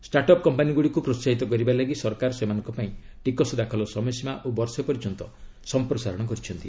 start up କମ୍ପାନୀଗୁଡ଼ିକୁ ପ୍ରୋହାହିତ କରିବା ଲାଗି ସରକାର ସେମାନଙ୍କ ପାଇଁ ଟିକସ ଦାଖଲ ସମୟସୀମା ଆଉ ବର୍ଷେ ପର୍ଯ୍ୟନ୍ତ ସମ୍ପ୍ରସାରଣ କରିଛନ୍ତି